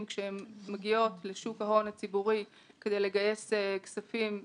כשהן מגיעות לשוק ההון הציבורי כדי לגייס כספים מהציבור.